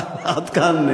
אבל עד כאן,